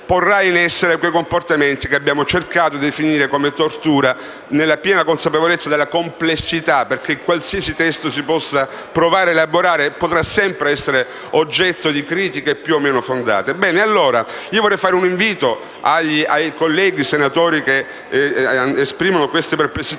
porrà in essere quei comportamenti che abbiamo cercato di definire come tortura, nella piena consapevolezza della complessità che ciò comporta, perché qualsiasi testo si possa provare a elaborare potrà sempre essere oggetto di critiche più o meno fondate. Vorrei fare un invito ai colleghi senatori che esprimono queste perplessità: